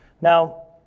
Now